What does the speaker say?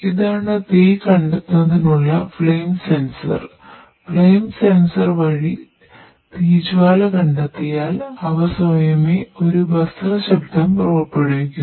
ഇതാണ് തീ കണ്ടെത്തുന്നതിനുള്ള ഫ്ലേം സെൻസർ ശബ്ദം പുറപ്പെടുവിക്കുന്നു